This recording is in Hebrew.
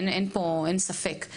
אין ספק,